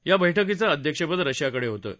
या बैठकीचं अध्यक्षपद रशियाकडे होतं